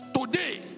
Today